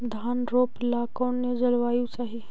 धान रोप ला कौन जलवायु चाही?